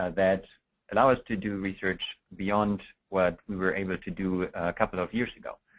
um that allow us to do research beyond what we were able to do a couple of years ago.